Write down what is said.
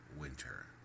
winter